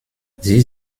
sie